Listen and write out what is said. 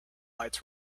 lights